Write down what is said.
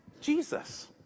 Jesus